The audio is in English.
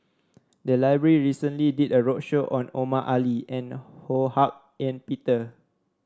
the library recently did a roadshow on Omar Ali and Ho Hak Ean Peter